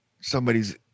somebody's